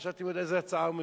חשבתי: עוד איזה הצעה הוא מביא?